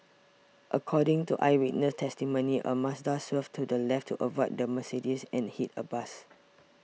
according to eyewitness testimony a Mazda swerved to the left to avoid the Mercedes and hit a bus